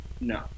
No